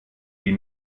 die